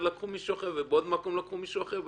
לקחו מישהו אחר ובעוד מקום לקחו מישהו אחר,